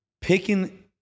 picking